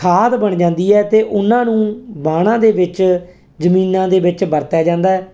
ਖਾਦ ਬਣ ਜਾਂਦੀ ਹੈ ਅਤੇ ਉਹਨਾਂ ਨੂੰ ਵਾਹਣਾਂ ਦੇ ਵਿੱਚ ਜ਼ਮੀਨਾਂ ਦੇ ਵਿੱਚ ਵਰਤਿਆ ਜਾਂਦਾ